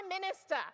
minister